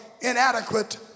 inadequate